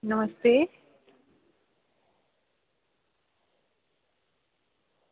नमस्ते